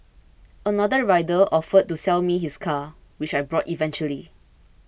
another rider offered to sell me his car which I bought eventually